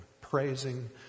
praising